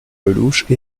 lellouche